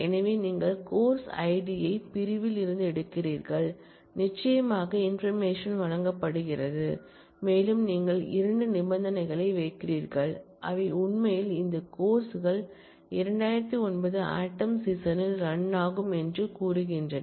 எனவே நீங்கள் course id யை பிரிவில் இருந்து எடுக்கிறீர்கள் நிச்சயமாக இன்பர்மேஷன் வழங்கப்படுகிறது மேலும் நீங்கள் 2 நிபந்தனைகளை வைக்கிறீர்கள் அவை உண்மையில் இந்த கோர்ஸ் கள் 2009 ஆட்டம் சீசனில் ரன்னாகும் என்று கூறுகின்றன